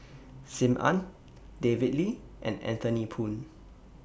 SIM Ann David Lee and Anthony Poon